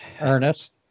Ernest